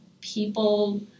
people